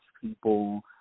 people